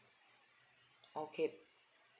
okay